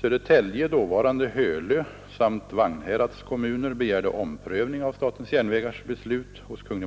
Södertälje och dåvarande Hölö samt Vagnhärads kommuner begärde hos Kungl. Maj:t omprövning av SJ:s beslut, och Kungl.